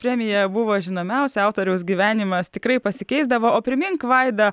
premija buvo žinomiausia autoriaus gyvenimas tikrai pasikeisdavo o primink vaida